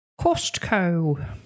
Costco